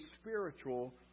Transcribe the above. spiritual